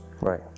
Right